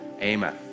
Amen